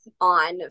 on